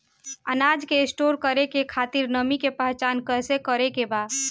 अनाज के स्टोर करके खातिर नमी के पहचान कैसे करेके बा?